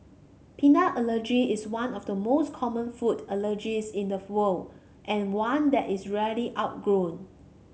peanut allergy is one of the most common food allergies in the world and one that is rarely outgrown